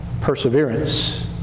perseverance